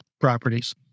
properties